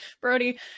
Brody